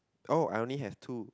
oh I only have two